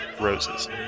roses